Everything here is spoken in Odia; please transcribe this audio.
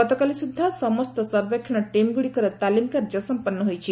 ଗତକାଲିସୁଦ୍ଧା ସମସ୍ତ ସର୍ଭେକ୍ଷଣ ଟିମ୍ଗୁଡ଼ିକର ତାଲିମ କାର୍ଯ୍ୟ ସମ୍ପନ୍ନ ହୋଇଛି